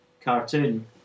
cartoon